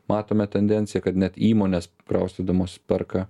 matome tendenciją kad net įmonės kraustydamos perka